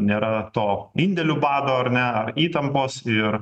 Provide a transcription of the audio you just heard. nėra to indėlių bado ar ne ar įtampos ir